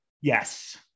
Yes